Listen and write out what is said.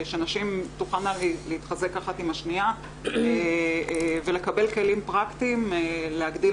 שנשים תוכלנה להתחזק אחת עם השניה ולקבל כלים פרקטיים להגדיל